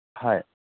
হয়